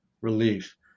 relief